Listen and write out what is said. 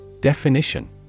Definition